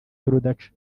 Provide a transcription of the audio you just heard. y’urudaca